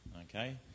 Okay